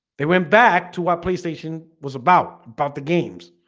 they went back to what playstation was about about the games.